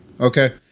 Okay